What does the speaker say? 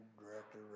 Director